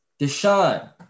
Deshaun